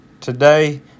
Today